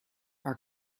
our